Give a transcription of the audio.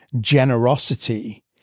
generosity